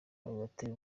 bibatera